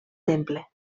temple